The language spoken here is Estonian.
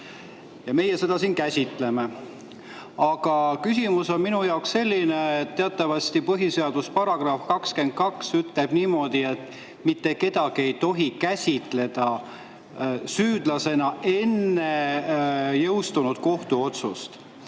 meie seda siin käsitleme. Aga küsimus on minu jaoks selline. Teatavasti põhiseaduse § 22 ütleb niimoodi, et mitte kedagi ei tohi käsitleda süüdlasena enne jõustunud kohtuotsust.